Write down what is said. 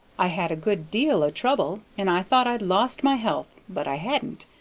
i had a good deal o' trouble, and i thought i'd lost my health, but i hadn't,